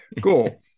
cool